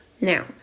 Now